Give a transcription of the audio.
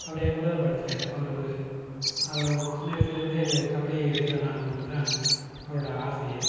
அவர் எங்கூட தான் படிச்சார் அவர் அவர் சின்ன வயசுலேருந்தே கபடி வீரன் ஆகணுன்றது தான் அவரோடய ஆசையே